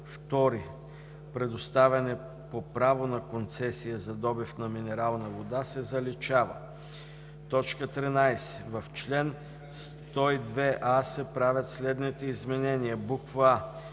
II – Предоставяне по право на концесия за добив на минерална вода“ се заличава. 13. В чл. 102а се правят следните изменения: а) в ал.